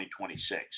2026